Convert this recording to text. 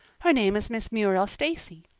her name is miss muriel stacy.